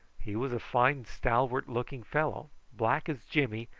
he was a fine stalwart looking fellow, black as jimmy,